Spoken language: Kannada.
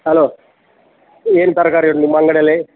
ಹಲೋ ಏನು ತರಕಾರಿ ಉಂಟು ನಿಮ್ಮ ಅಂಗ್ಡೀಲಿ